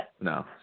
no